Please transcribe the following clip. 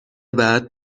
بعد